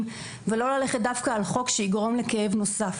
ולא ללכת דווקא על חוק שיגרום לכאב נוסף.